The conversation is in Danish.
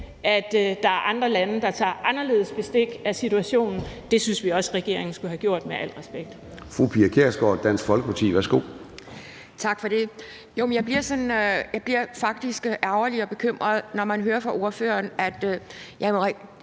at der er andre lande, der tager anderledes bestik af situationen. Det synes vi med al respekt også regeringen skulle have gjort. Kl.